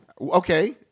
Okay